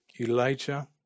Elijah